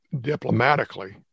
diplomatically